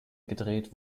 gedreht